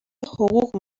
حقوق